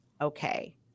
okay